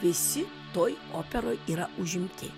visi toj operoj yra užimti